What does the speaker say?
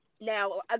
now